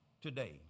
today